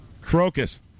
Crocus